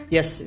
Yes